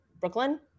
Brooklyn